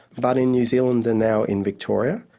but in new zealand and now in victoria,